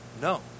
No